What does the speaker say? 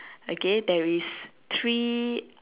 okay there is three